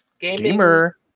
Gamer